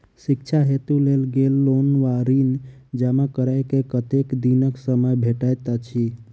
शिक्षा हेतु लेल गेल लोन वा ऋण जमा करै केँ कतेक दिनक समय भेटैत अछि?